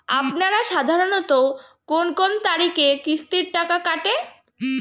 আপনারা সাধারণত কোন কোন তারিখে কিস্তির টাকা কাটে?